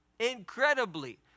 incredibly